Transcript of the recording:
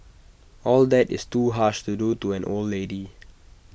all that is too harsh to do to an old lady